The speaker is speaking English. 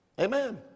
Amen